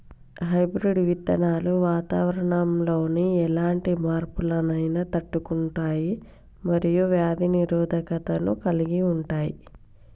hybrid విత్తనాలు వాతావరణంలోని ఎలాంటి మార్పులనైనా తట్టుకుంటయ్ మరియు వ్యాధి నిరోధకతను కలిగుంటయ్